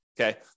Okay